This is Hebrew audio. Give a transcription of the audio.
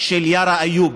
של יארא איוב,